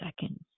seconds